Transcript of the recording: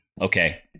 okay